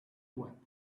wept